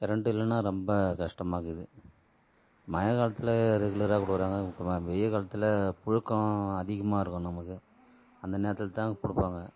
current இல்லைனா ரொம்ப கஷ்டமாக இருக்குது மழை காலத்தில் ரெகுலராக கொடுக்கறாங்க வெயில் காலத்தில் புழுக்கம் அதிகமாக இருக்கும் நமக்கு அந்த நேரத்தில் தான் கொடுப்பாங்க